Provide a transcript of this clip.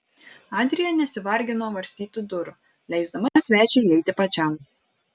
adrija nesivargino varstyti durų leisdama svečiui įeiti pačiam